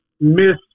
miss